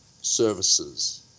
services